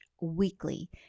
weekly